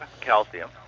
calcium